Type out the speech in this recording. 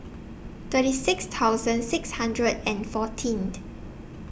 thirty six thousand six hundred and fourteen